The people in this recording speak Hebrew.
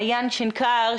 מעיין שנקר,